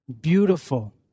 beautiful